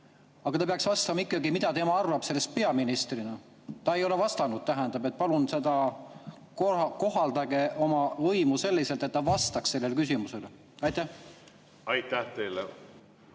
aga ta peaks vastama ikkagi, mida tema arvab sellest peaministrina. Ta ei ole vastanud. Palun kohaldage oma võimu selliselt, et ta vastaks sellele küsimusele. Aitäh, lugupeetud